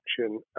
action